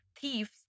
thieves